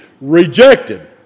rejected